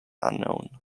unknown